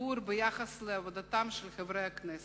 הציבור ביחס לעבודתם של חברי הכנסת,